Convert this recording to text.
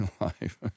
life